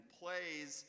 plays